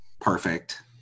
Perfect